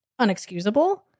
unexcusable